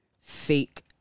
fake